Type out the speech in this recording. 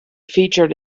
featured